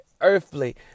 earthly